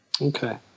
Okay